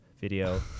video